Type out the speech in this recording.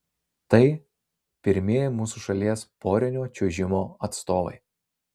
tai pirmieji mūsų šalies porinio čiuožimo atstovai